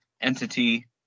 entity